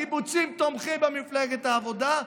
הקיבוצים תומכים במפלגת העבודה,